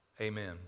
amen